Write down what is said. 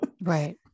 Right